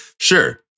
Sure